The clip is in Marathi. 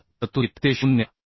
कोडल तरतुदीत ते 0